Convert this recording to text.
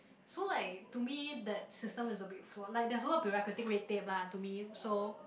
so like to me that system is a bit flawed like there's a lot bureaucratic red tape lah to me so